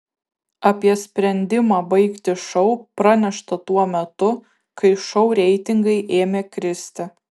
apie sprendimą baigti šou pranešta tuo metu kai šou reitingai ėmė kristi